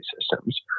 systems